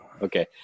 Okay